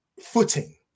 footing